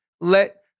let